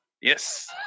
Yes